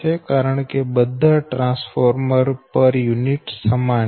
કારણ કે બધા ટ્રાન્સફોર્મર પર યુનિટ સમાન છે